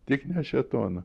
tik ne šėtono